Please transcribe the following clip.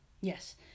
Yes